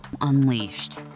unleashed